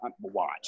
Watch